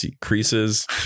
creases